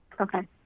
Okay